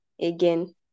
again